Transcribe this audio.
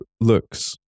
looks